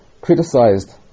criticized